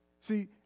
See